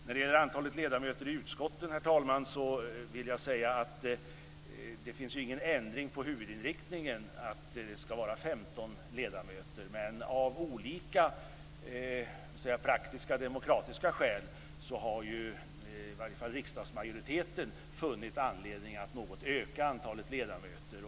När det gäller antalet ledamöter i utskotten vill jag, herr talman, säga att det inte skett någon ändring av huvudinriktningen att det skall vara 15 ledamöter. Av olika praktiskt-demokratiska skäl har åtminstone riksdagsmajoriteten funnit anledning att något öka antalet ledamöter.